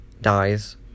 dies